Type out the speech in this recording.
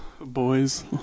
Boys